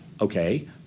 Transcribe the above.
okay